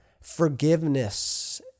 Forgiveness